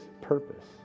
purpose